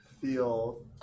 feel